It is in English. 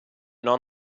non